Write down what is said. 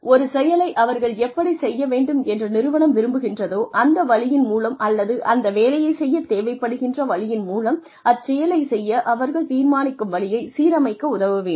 ஒரு செயலை அவர்கள் எப்படிச் செய்ய வேண்டும் என்று நிறுவனம் விரும்புகின்றதோ அந்த வழியின் மூலம் அல்லது அந்த வேலையைச் செய்யத் தேவைப்படுகின்ற வழியின் மூலம் அச்செயலைச் செய்ய அவர்கள் தீர்மானிக்கும் வழியைச் சீரமைக்க உதவ வேண்டும்